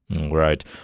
Right